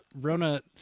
Rona